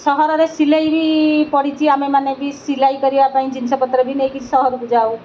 ସହରରେ ସିଲେଇ ବି ପଡ଼ିଛି ଆମେମାନେ ବି ସିଲେଇ କରିବା ପାଇଁ ଜିନିଷପତ୍ର ବି ନେଇକି ସହରକୁ ଯାଉ